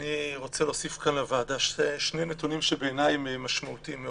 אני רוצה להוסיף כאן לוועדה שני נתונים שבעיניי הם משמעותיים.